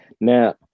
Now